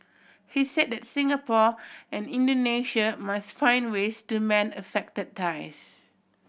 he say that Singapore and Indonesia must find ways to mend affected ties